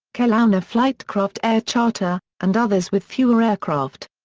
kelowna flightcraft air charter, and others with fewer aircraft.